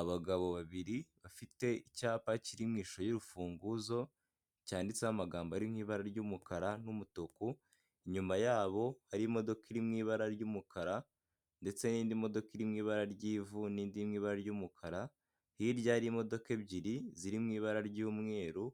Abagabo babiri bafite icyapa kiri mu ishusho y'urufunguzo cyanditseho amagambo ari mu ibara ry'umukara n'umutuku, inyuma yabo harimo imodoka iri mu ibara ry'umukara ndetse n'indi modoka iri mu ibara ry'ivu n'indi iri mu ibara ry'umukara hirya harimo imodoka ebyiri ziri mu ibara ry'umweru